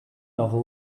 novel